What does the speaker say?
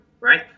right